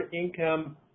income